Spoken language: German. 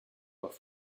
doch